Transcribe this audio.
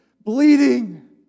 Bleeding